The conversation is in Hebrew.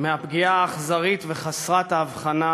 לנוכח הפגיעה האכזרית וחסרת ההבחנה,